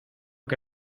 que